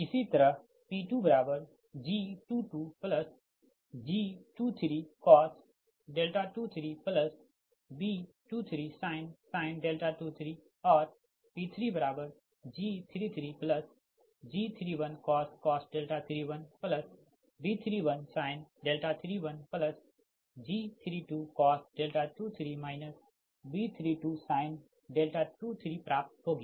इसी तरह P2G22G23cos 23 B23sin 23 और P3G33G31cos 31 B31sin 31 G32cos 23 B32sin 23 प्राप्त होगी